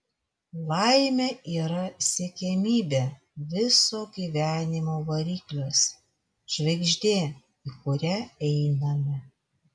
laimė yra siekiamybė viso gyvenimo variklis žvaigždė į kurią einame